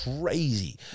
crazy